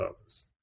others